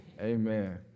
amen